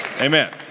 Amen